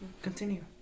Continue